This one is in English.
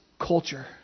culture